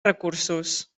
recursos